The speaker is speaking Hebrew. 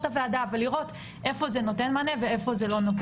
הוועדה לראות איפה זה נותן מענה ואיפה לא.